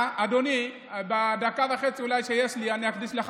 אדוני, את הדקה וחצי שאולי יש לי אני אקדיש לך.